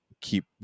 keep